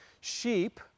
Sheep